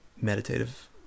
meditative